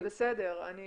לא, זה בסדר, אני